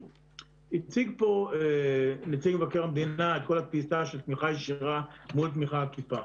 נציג מבקר המדינה הציג פה את כל התפיסה של תמיכה ישירה מול תמיכה עקיפה,